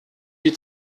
die